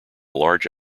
large